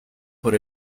por